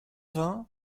vingts